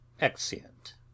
Exeunt